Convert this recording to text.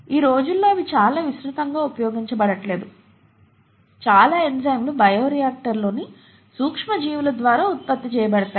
ఈ రోజుల్లో అవి చాలా విస్తృతంగా ఉపయోగించబడట్లేదు చాలా ఎంజైమ్లు బయో రియాక్టర్లలోని సూక్ష్మజీవుల ద్వారా ఉత్పత్తి చేయబడతాయి